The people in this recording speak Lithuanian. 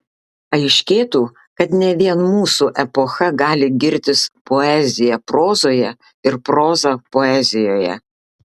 aiškėtų kad ne vien mūsų epocha gali girtis poezija prozoje ir proza poezijoje